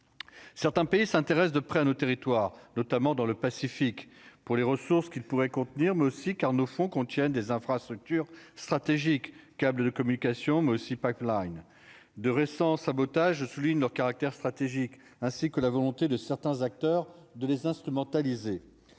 Certains pays s'intéresse de près à noter. Notamment dans le Pacifique, pour les ressources qu'qui pourraient contenir mais aussi car nos fonds contiennent des infrastructures stratégiques câble de communication mais aussi pas Line de récents sabotages, souligne le caractère stratégique. Ainsi que la volonté de certains acteurs de les instrumentaliser